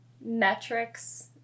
metrics